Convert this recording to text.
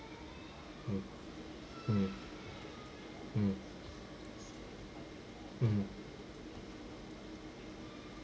mm mm mm mm